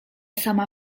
sama